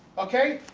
okay